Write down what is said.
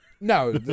No